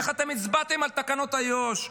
איך אתם הצבעתם על תקנות איו"ש?